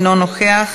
אינו נוכח,